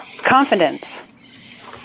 confidence